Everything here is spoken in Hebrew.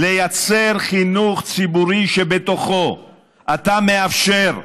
לייצר חינוך ציבורי שבתוכו אתה מאפשר,